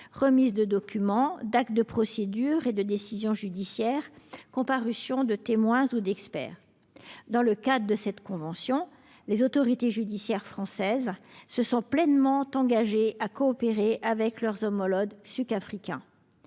remise de documents, d’actes de procédure et de décisions judiciaires, comparution de témoins ou d’experts. Dans le cadre de cette convention, les autorités judiciaires françaises se sont pleinement engagées à coopérer avec leurs homologues sud africaines.